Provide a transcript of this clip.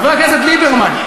חבר הכנסת ליברמן,